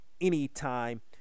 anytime